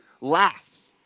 laugh